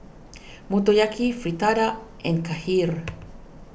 Motoyaki Fritada and Kheer